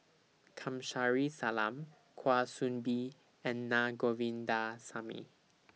Kamsari Salam Kwa Soon Bee and Naa Govindasamy